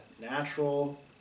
natural